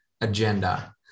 agenda